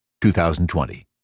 2020